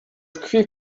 tkwi